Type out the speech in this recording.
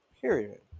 Period